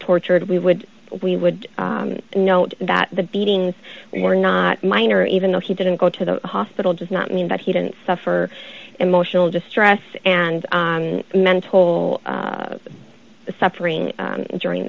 tortured we would we would note that the beatings were not minor even though he didn't go to the hospital does not mean that he didn't suffer emotional distress and mental suffering during